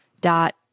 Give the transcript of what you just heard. dot